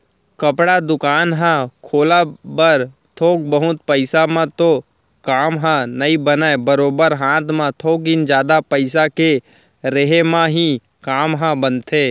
कपड़ा दुकान ह खोलब बर थोक बहुत पइसा म तो काम ह नइ बनय बरोबर हात म थोकिन जादा पइसा के रेहे म ही काम ह बनथे